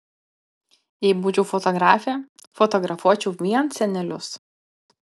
jei būčiau fotografė fotografuočiau vien senelius